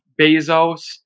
Bezos